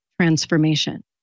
transformation